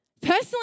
Personally